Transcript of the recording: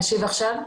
להשיב עכשיו?